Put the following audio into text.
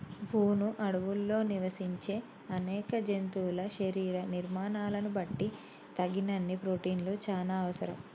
వును అడవుల్లో నివసించే అనేక జంతువుల శరీర నిర్మాణాలను బట్టి తగినన్ని ప్రోటిన్లు చానా అవసరం